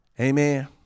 Amen